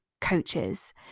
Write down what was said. coaches